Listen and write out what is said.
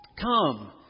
come